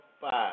five